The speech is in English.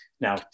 Now